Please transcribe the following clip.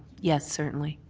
yes, certainly.